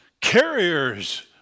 carriers